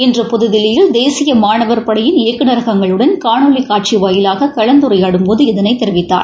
இன்று புத்தில்லியில் தேசிய மாணவர் படையின் இயக்குநரகங்களுடன் காணொலி காட்சி வாயிலாக கலந்துரையாடும்போது இதனை தெரிவித்தார்